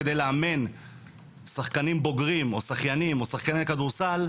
כדי לאמן שחקנים בוגרים או שחיינים או שחקני כדורסל,